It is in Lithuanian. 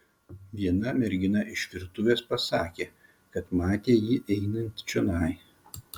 viena mergina iš virtuvės pasakė kad matė jį einant čionai